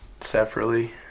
separately